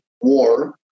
war